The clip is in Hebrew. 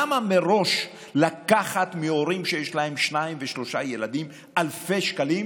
למה מראש לקחת מההורים שיש להם שניים ושלושה ילדים אלפי שקלים